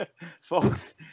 folks